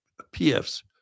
PFs